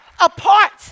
apart